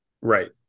Right